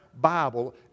Bible